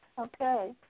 Okay